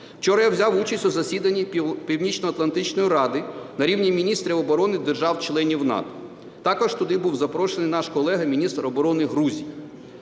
Вчора я взяв участь у засіданні Північноатлантичної Ради на рівні міністрів оборони держав-членів НАТО. Також туди був запрошений наш колега міністр оборони Грузії.